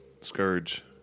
Scourge